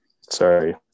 Sorry